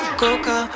coca